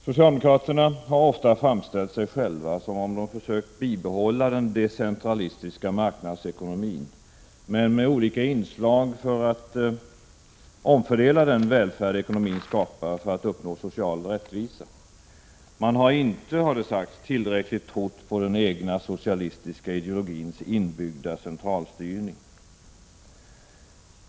Socialdemokraterna har ofta framställt det så att de har försökt bibehålla den decentralistiska marknadsekonomin, men med olika inslag för att omfördela den välfärd som ekonomin skapar i syfte att uppnå social rättvisa. De har inte, har det sagts, tillräckligt trott på den egna socialistiska ideologins inbyggda centralstyrning.